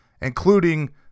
including